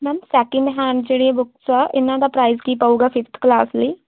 ma'am second hand ਜਿਹੜੀਆਂ books ਆ ਇਹਨਾਂ ਦਾ ਪ੍ਰਾਈਜ਼ ਕੀ ਪਊਗਾ ਫਿਫਥ ਕਲਾਸ ਲਈ